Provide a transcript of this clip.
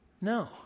No